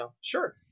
sure